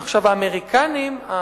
עכשיו האמריקנים,